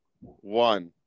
one